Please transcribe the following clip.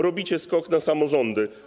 Robicie skok na samorządy.